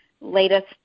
latest